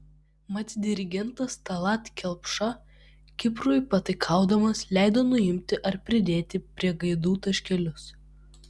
mat dirigentas tallat kelpša kiprui pataikaudamas leido nuimti ar pridėti prie gaidų taškelius